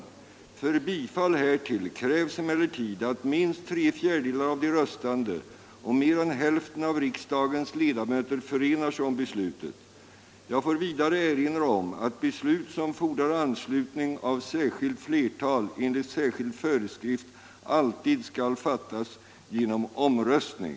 För bifall härtill krävs emellertid att minst tre fjärdedelar av de röstande och mer än hälften av riksdagens ledamöter förenar sig om beslutet. Jag får vidare erinra om att beslut som fordrar anslutning av särskilt flertal enligt särskild föreskrift alltid skall fattas genom omröstning.